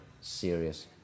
serious